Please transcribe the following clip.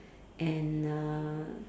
and uh